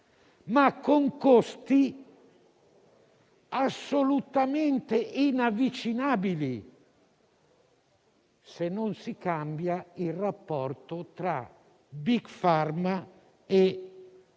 ma con costi assolutamente inavvicinabili, se non si cambia il rapporto tra *big pharma* e i